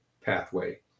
pathway